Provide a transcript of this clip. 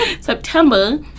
September